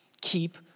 keep